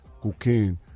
cocaine